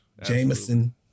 Jameson